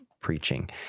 preaching